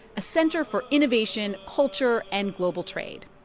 a center for innovation, culture and global trade.